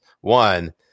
one